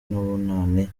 n’ubunani